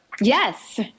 Yes